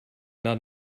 not